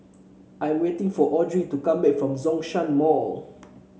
I'm waiting for Audrey to come back from Zhongshan Mall